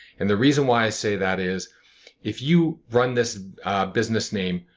and the reason why i say that is if you run this a business name,